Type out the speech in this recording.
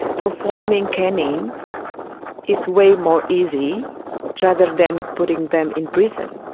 performing caning is way more easy rather than putting them in prison.